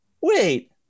wait